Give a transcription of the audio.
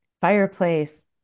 fireplace